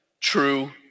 true